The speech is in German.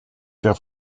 der